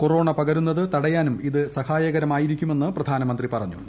corona പകരുന്നത് തടയാനും ഇത് സഹായകമായിരിക്കുമെന്ന് പ്രധാനമന്ത്രി പറഞ്ഞു